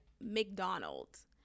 McDonald's